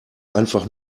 einfach